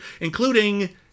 including